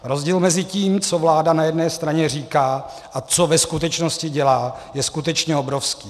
Rozdíl mezi tím, co vláda na jedné straně říká, a co ve skutečnosti dělá, je skutečně obrovský.